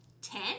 Ten